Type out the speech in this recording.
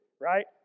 right